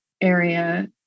area